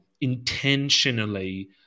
intentionally